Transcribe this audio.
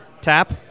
Tap